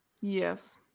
Yes